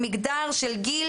מותר להגיד.